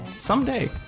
Someday